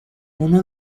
uno